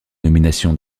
nomination